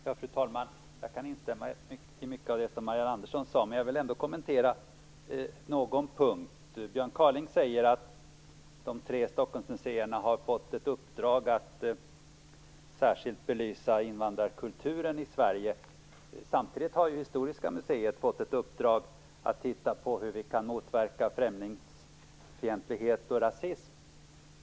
Fru talman! Jag kan instämma i mycket av det som Marianne Andersson sade, men jag vill ändå kommentera någon punkt. Björn Kaaling säger att de tre Stockholmsmuseerna har fått ett uppdrag att särskilt belysa invandrarkulturen i Sverige. Samtidigt har Historiska museet fått ett uppdrag att undersöka hur vi kan motverka främlingsfientlighet och rasism.